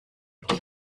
die